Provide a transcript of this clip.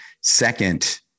second